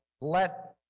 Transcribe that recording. Let